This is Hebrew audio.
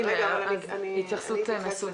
הינה, התייחסות מסודרת.